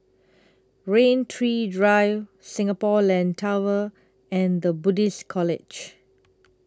Rain Tree Drive Singapore Land Tower and The Buddhist College